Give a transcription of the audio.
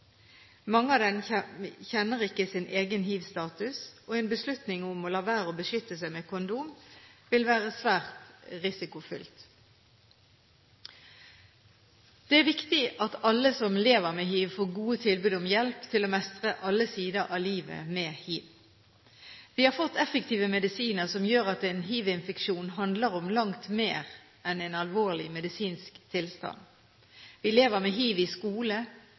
Mange av dem kjenner ikke sin egen hivstatus, og en beslutning om å la være å beskytte seg med kondom vil være svært risikofylt. Det er viktig at alle som lever med hiv, får gode tilbud om hjelp til å mestre alle sider av livet med hiv. Vi har fått effektive medisiner som gjør at en hivinfeksjon handler om langt mer enn en alvorlig medisinsk tilstand. Vi lever med hiv i skole